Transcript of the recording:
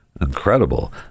incredible